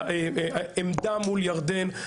עמדה מול ירדן,